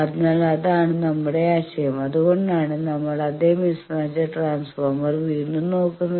അതിനാൽ അതാണ് നമ്മളുടെ ആശയം അതുകൊണ്ടാണ് നമ്മൾ അതേ മിസ്മാച്ച് ട്രാൻസ്ഫോർമർ വീണ്ടും നോക്കുന്നത്